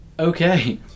okay